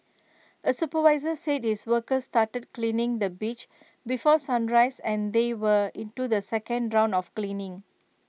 A supervisor said his workers started cleaning the beach before sunrise and they were into the second round of cleaning